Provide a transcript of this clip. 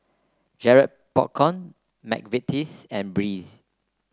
Garrett Popcorn McVitie's and Breeze